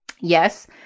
Yes